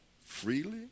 freely